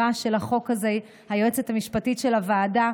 היועצת המשפטית של הוועדה,